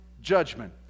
judgment